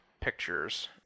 pictures